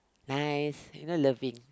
nice you know loving